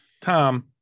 Tom